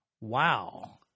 Wow